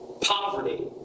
poverty